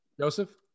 Joseph